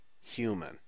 human